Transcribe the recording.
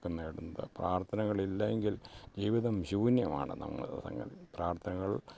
നേടുന്നത് പ്രാർത്ഥനകളില്ലെങ്കിൽ ജീവിതം ശൂന്യമാണ് സംഗതി പ്രാർത്ഥനകൾ